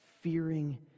fearing